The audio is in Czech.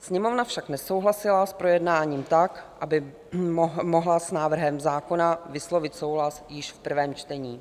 Sněmovna však nesouhlasila s projednáním tak, aby mohla s návrhem zákona vyslovit souhlas již v prvém čtení.